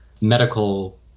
Medical